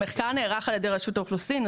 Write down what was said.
המחקר נערך על ידי רשות האוכלוסין,